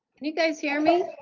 and you guys hear me?